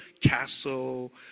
castle